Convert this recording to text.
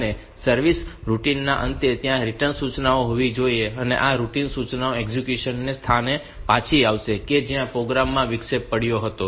અને સર્વિસ રૂટિનના અંતે ત્યાં રીટર્ન સૂચના હોવી જોઈએ અને આ રીટર્ન સૂચના એક્ઝેક્યુશનને તે સ્થાને પાછી આપશે કે જ્યાં પ્રોગ્રામમાં વિક્ષેપ પડ્યો હતો